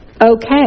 okay